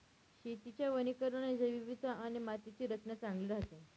शेतीच्या वनीकरणाने जैवविविधता आणि मातीची रचना चांगली राहते